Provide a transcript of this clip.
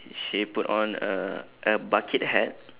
she put on a a bucket hat